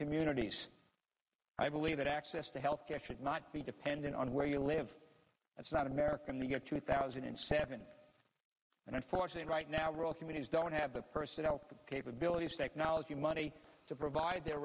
communities i believe that access to health care should not be dependent on where you live that's not america in the year two thousand and seven and i'm fortunate right now rural communities don't have the personnel capabilities technology money to provide their